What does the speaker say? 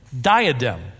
diadem